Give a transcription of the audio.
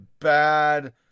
bad